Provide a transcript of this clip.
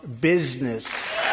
business